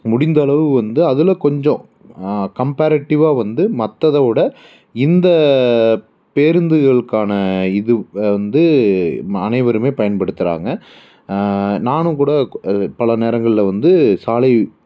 முடிந்த அளவு வந்து அதில் கொஞ்சம் கம்பேரட்டிவ்வாக வந்து மற்றத விட இந்த பேருந்துகளுக்கான இது வ வந்து ம அனைவருமே பயன்படுத்துகிறாங்க நானும் கூடக் பல நேரங்களில் வந்து சாலை